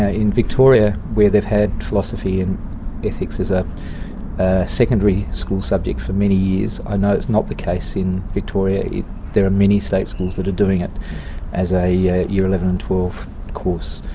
ah in victoria, where they've had philosophy and ethics as a secondary school subject for many years, i know it's not the case in victoria there are many state schools that are doing it as a yeah year eleven and twelve course.